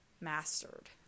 mastered